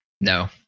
No